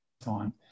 time